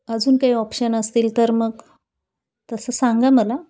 अजून काही ऑप्शन असतील तर मग तसं सांगा मला